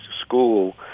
school